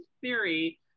theory